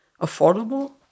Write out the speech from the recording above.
affordable